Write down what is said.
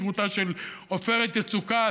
בדמותה של עופרת יצוקה,